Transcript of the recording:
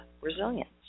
resilience